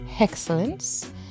Excellence